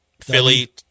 Philly